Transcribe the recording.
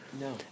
No